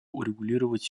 урегулировать